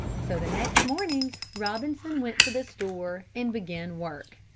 so the next morning robinson went to the store and began work.